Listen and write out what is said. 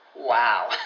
Wow